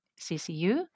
CCU